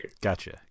Gotcha